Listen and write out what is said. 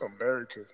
America